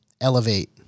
elevate